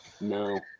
No